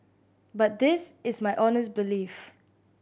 but this is my honest belief